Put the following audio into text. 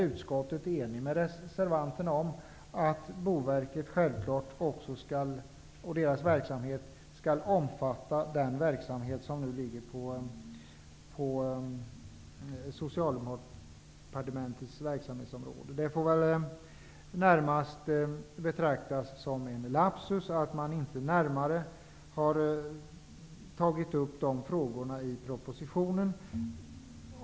Utskottet är ense med reservanterna om att Boverkets verksamhet självklart skall omfatta också ärendegrupper som nu ligger inom Socialdepartementets verksamhetsområde. Det får väl betraktas såsom en lapsus att man inte närmare har tagit upp dessa frågor i propositionen.